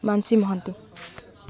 Manasi Mohanty